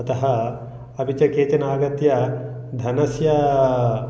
अतः अपि च केचन आगत्य धनस्य